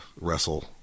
wrestle